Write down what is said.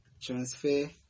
transfer